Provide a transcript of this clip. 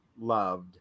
loved